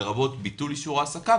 לרבות ביטול אישור העסקה,